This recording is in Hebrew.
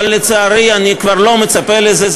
אבל, לצערי, אני כבר לא מצפה לזה.